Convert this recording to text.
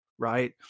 Right